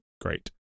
great